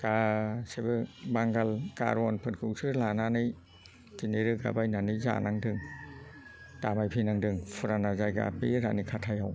गासिबो बांगाल गार'वानफोरखौसो लानानै दिनै रोगा बायनानै जानांदों दाबायफैनांदों फुराना जायगा बे रानिखाथायाव